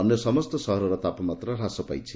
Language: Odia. ଅନ୍ୟ ସମସ୍ତ ସହରର ତାପମାତ୍ରା ହ୍ରାସ ପାଇଛି